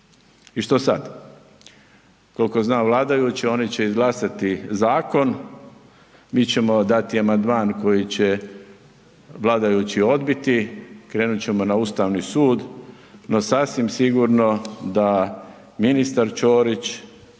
I što sad? Kolko znam vladajuće, oni će izglasati zakon, mi ćemo dati amandman koji će vladajući odbiti, krenut ćemo na Ustavni sud, no sasvim sigurno da ministar Ćorić